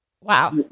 Wow